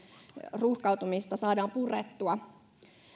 ruuhkautumista saadaan purettua